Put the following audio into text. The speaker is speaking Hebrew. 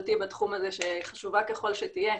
הממשלתי בתחום הזה שחשובה ככל שתהיה,